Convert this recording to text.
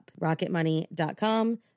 Rocketmoney.com